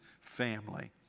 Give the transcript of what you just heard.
family